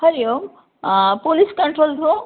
हरिः ओं police control room